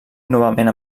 novament